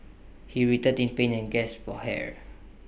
he writhed in pain and gasped for air